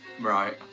Right